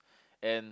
and